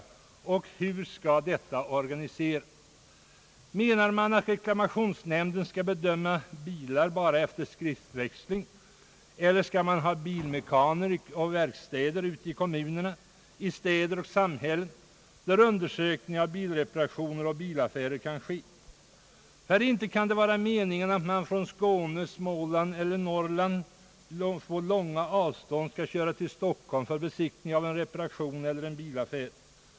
Hur skall för övrigt en sådan verksamhet organiseras? Menar man att reklamationsnämnden skall bedöma bilar bara efter skriftväxling, eller skall man ha bilmekaniker och verk städer i kommuner, städer och samhällen där undersökning av bilreparationen och bilaffären kan ske? Inte kan det väl vara meningen att man från Skåne, Småland eller Norrland skall köra den långa vägen till Stockholm för besiktning av en reparation eller en bilaffär?